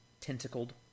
tentacled